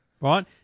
Right